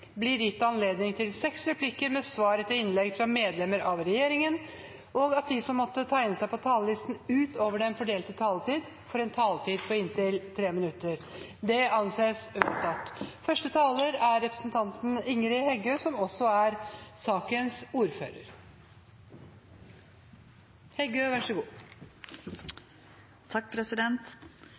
blir gitt anledning til seks replikker med svar etter innlegg fra medlem av regjeringen innenfor den fordelte taletid. Videre blir det foreslått at de som måtte tegne seg på talerlisten utover den fordelte taletiden, får en taletid på inntil 3 minutter. – Det anses vedtatt. Første taler er representanten Mette Tønder, som nå fungerer som ordfører